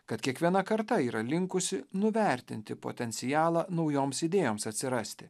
kad kiekviena karta yra linkusi nuvertinti potencialą naujoms idėjoms atsirasti